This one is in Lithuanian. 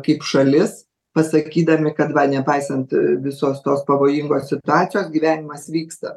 kaip šalis pasakydami kad va nepaisant visos tos pavojingos situacijos gyvenimas vyksta